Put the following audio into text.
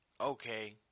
okay